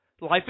life